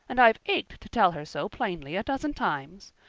and i've ached to tell her so plainly a dozen times.